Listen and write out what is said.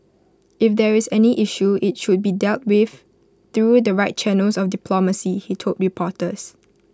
if there is any issue IT should be dealt with through the right channels of diplomacy he told reporters